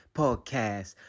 podcast